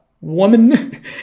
woman